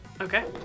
Okay